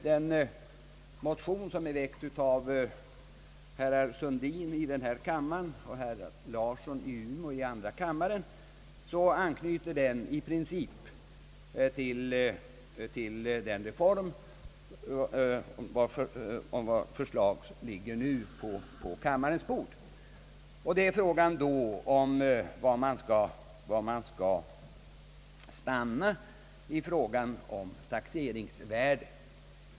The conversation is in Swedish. Den motion som väckts av herr Sundin m.fl. i denna kammare och herr Larsson i Umeå m.fl. i andra kammaren anknyter däremot i princip till den reform som nu föreslås. Då är frågan var man skall stanna när det gäller taxeringsvärdet.